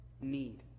need